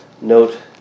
note